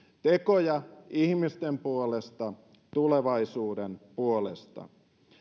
tekoja ihmisten puolesta tulevaisuuden puolesta